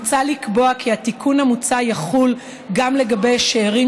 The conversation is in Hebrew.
מוצע לקבוע כי התיקון המוצע יחול גם לגבי שאירים